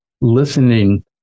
listening